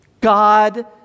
God